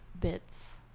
bits